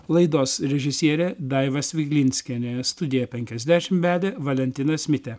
laidos režisierė daiva sviglinskienė studiją penkiasdešim vedė valentinas mitė